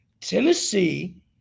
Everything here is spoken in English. Tennessee